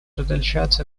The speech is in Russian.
продолжать